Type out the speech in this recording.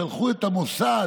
שלחו את המוסד,